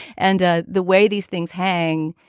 and ah the way these things hang,